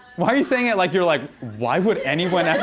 why are you saying it like, you're like, why would anyone